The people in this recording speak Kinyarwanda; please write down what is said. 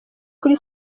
kuri